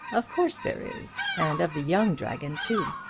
of course there is and of the young dragon too.